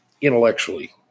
intellectually